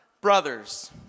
brothers